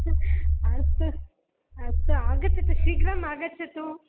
अस्तु अस्तु आगच्छतु शीघ्रम् आगच्छतु